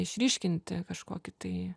išryškinti kažkokį tai